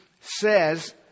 says